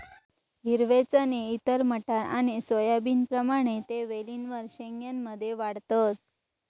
हिरवे चणे इतर मटार आणि सोयाबीनप्रमाणे ते वेलींवर शेंग्या मध्ये वाढतत